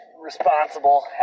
responsible